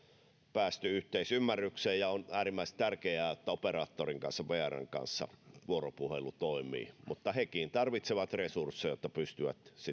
päästy yhteisymmärrykseen ja on äärimmäisen tärkeää että operaattorin vrn kanssa vuoropuhelu toimii mutta hekin tarvitsevat resursseja jotta pystyvät